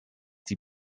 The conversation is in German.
die